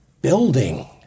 building